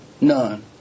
None